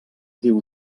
diu